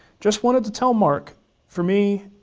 just wanted to tell marc from me,